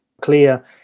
clear